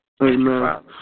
Amen